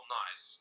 nice